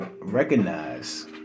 recognize